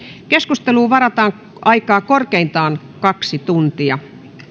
keskusteluun varataan aikaa korkeintaan kaksi tuntia